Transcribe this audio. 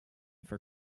for